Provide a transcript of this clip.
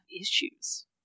issues